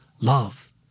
Love